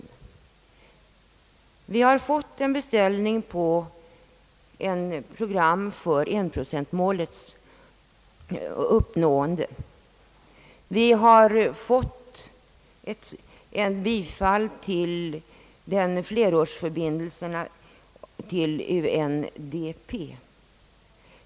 Vi har fått en beställning på ett program för 1-procentmålets uppnående. Vi har fått ett tillstyrkande av förslaget om flerårsförbindelserna till UNDP.